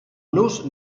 nus